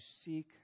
seek